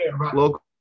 local